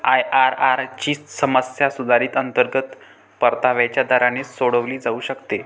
IRR ची समस्या सुधारित अंतर्गत परताव्याच्या दराने सोडवली जाऊ शकते